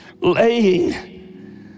laying